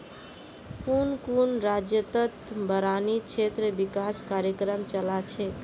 कुन कुन राज्यतत बारानी क्षेत्र विकास कार्यक्रम चला छेक